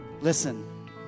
Listen